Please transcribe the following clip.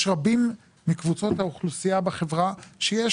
יש רבים מקבוצות האוכלוסייה בחברה שיש